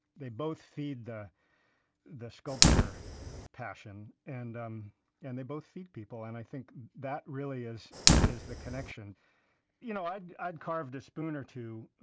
they both feed the the sculpture passion, and um and they both feed people, and i think that, really, is is the connection you know i'd i'd carved a spoon or two,